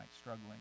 struggling